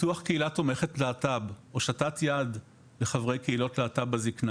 פיתוח קהילה תומכת להט"ב הושטת יד לחברי קהילות להט"ב בזקנה,